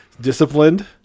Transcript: disciplined